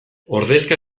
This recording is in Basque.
ordezka